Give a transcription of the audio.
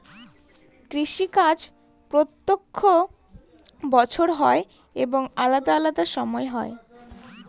কৃষি কাজ প্রত্যেক বছর হয় এবং আলাদা আলাদা সময় হয়